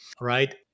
right